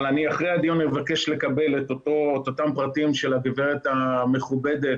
אבל אחרי הדיון אבקש לקבל את אותם פרטים של הגברת המכובדת